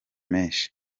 menshi